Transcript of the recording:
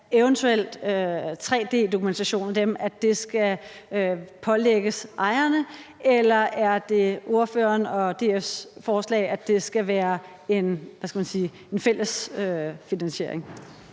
eventuel tre-d-dokumentation af dem skal pålægges ejerne, eller er det ordføreren og DF's forslag, at det skal være en fælles finansiering?